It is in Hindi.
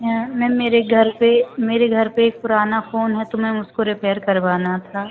यहाँ मैम मेरे घर पर मेरे घर पर एक पुराना फ़ोन है तो मैम उसको रिपेयर करवाना था